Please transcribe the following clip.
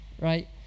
right